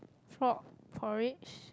frog porridge